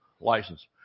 License